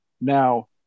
now